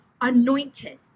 anointed